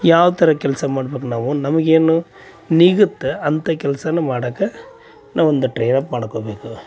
ಯಾವ ಥರ ಕೆಲಸ ಮಾಡಬೇಕು ನಾವು ನಮಗೇನು ನೀಗತ್ತ ಅಂತ ಕೆಲಸಾನ ಮಾಡಕ್ಕ ನಾವೊಂದು ಟ್ರೈನ್ ಅಪ್ ಮಾಡ್ಕೋಬೇಕು